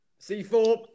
C4